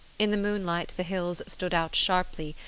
in the moonlight the hills stood out sharply,